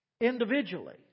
individually